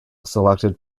selected